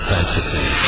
Fantasy